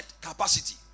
capacity